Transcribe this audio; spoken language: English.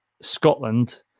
Scotland